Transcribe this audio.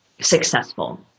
successful